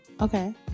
Okay